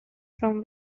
from